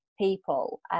people